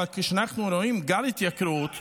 אבל כשאנחנו רואים גל התייקרות,